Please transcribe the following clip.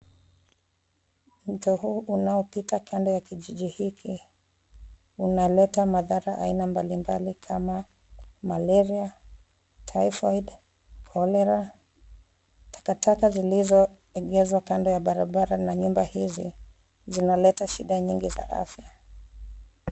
Mto huu unaopita kando ya kijiji hiki unaleta madhara aina mbalimbali kama malaria, typhoid, cholera . Takataka zilizoegezwa kando ya barabara na nyumba hizi zinaleta shida nyingi za afya.